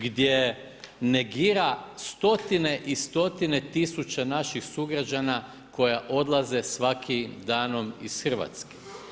Gdje negira stotine i stotine tisuća naših sugrađana koja odlaze svakim danom iz Hrvatske.